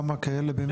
כמה כאלה באמת?